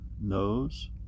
knows